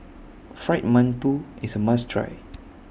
Fried mantou IS A must Try